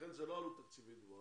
לכן זאת לא עלות תקציבית גבוהה.